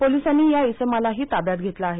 पोलिसांनी या इसमालाही ताब्यात घेतले आहे